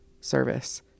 service